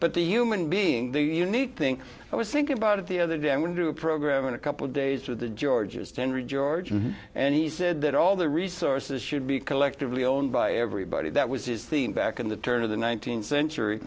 but the human being the unique thing i was thinking about of the other day i'm going through a program in a couple of days with the georgia standard georgian and he said that all the resources should be collectively owned by everybody that was his theme back in the turn of the th century